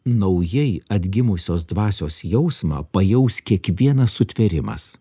naujai atgimusios dvasios jausmą pajaus kiekvienas sutvėrimas